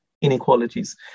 inequalities